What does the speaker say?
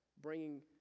bringing